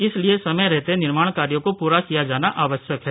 इस लिए समय रहते निर्माण कार्यो को पूरा किया जाना आवश्यक है